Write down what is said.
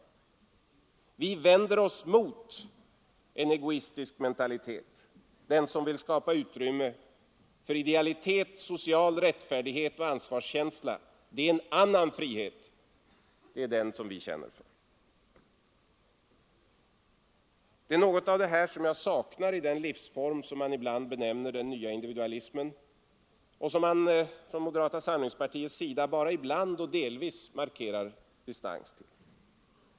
Det liberala frihetskravet vänder sig mot en egoistisk mentalitet; det vill skapa utrymme för idealitet, social rättfärdighet och ansvarskänsla. Det är något av detta som jag saknar i den livsform som man ibland Nr 14 benämner den nya individualismen och som moderata samlingspartiet Onsdagen den bara ibland och delvis markerar distans till.